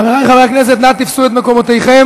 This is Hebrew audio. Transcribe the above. חבריי חברי הכנסת, נא תפסו את מקומותיכם,